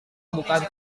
bukan